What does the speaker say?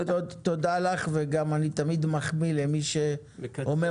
תודה לך וגם אני תמיד מחמיא למי שאומר